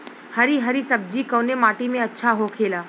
हरी हरी सब्जी कवने माटी में अच्छा होखेला?